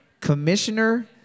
Commissioner